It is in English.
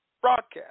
broadcast